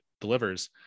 delivers